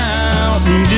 Mountain